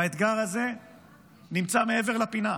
והאתגר הזה נמצא מעבר לפינה,